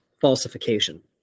falsification